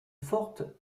forte